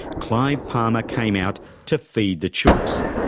clive palmer came out to feed the chooks.